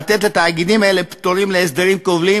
לתת לתאגידים האלה פטורים להסדרים כובלים